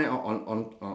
okay